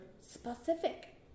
specific